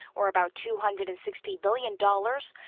or about two hundred and sixty billion dollars.